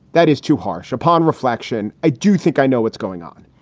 that is too harsh upon reflection. i do think i know what's going on.